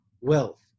wealth